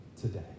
today